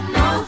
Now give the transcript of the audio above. no